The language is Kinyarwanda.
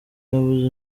nabuze